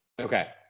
Okay